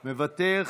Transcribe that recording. מוותר.